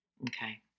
Okay